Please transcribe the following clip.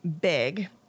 big